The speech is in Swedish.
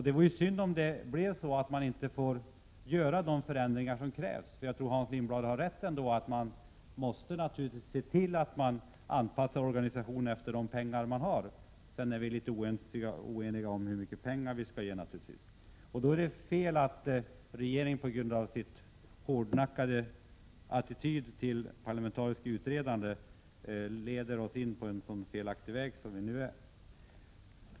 Det vore synd om de förändringar som krävs inte får göras. Jag tror att Hans Lindblad har rätt i att organisationen måste anpassas efter tillgången på pengar. Hans Lindblad och jag är däremot oeniga om hur mycket pengar som skall anslås. Det är fel att regeringen, på grund av sin hårdnackade attityd till parlamentariskt utredande, leder in oss på denna felaktiga väg.